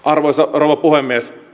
arvoisa rouva puhemies